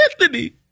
Anthony